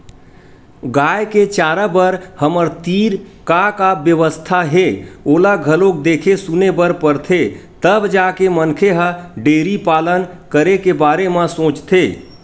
गाय के चारा बर हमर तीर का का बेवस्था हे ओला घलोक देखे सुने बर परथे तब जाके मनखे ह डेयरी पालन करे के बारे म सोचथे